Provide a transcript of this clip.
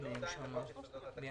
בסעיף 32 לחוק יסודות התקציב.